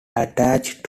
attached